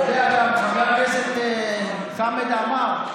חבר הכנסת חמד עמאר,